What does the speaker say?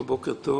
בוקר טוב